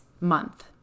month